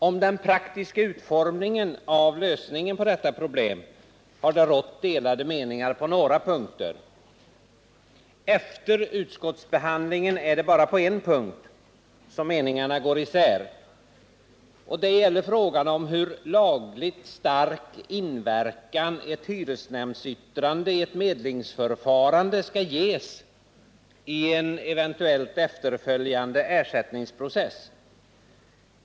Om den praktiska utformningen av lösningen på detta problem har det rått delade meningar på några punkter. Efter utskottsbehandlingen är det bara på en punkt som meningarna går isär. Och det gäller frågan hur lagligt stark inverkan ett hyresnämndsyttrande i ett medlingsförfarande skall ges i en eventuellt efterföljande ersättningsprocess.